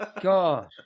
God